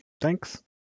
Thanks